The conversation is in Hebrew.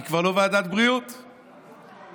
היא כבר לא ועדת בריאות, רווחה?